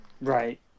Right